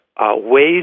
ways